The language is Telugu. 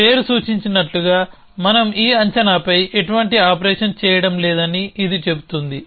పేరు సూచించినట్లుగామనం ఈ అంచనాపై ఎటువంటి ఆపరేషన్ చేయడం లేదని ఇది చెబుతుంది